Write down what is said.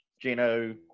Gino